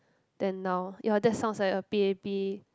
than now ya that sounds like a P_A_P